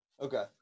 okay